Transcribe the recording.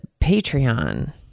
Patreon